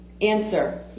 Answer